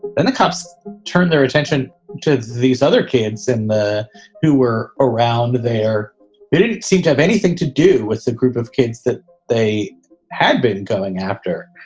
then the cops turn their attention to these other kids. and the who were around there didn't seem to have anything to do with the group of kids that they had been going after.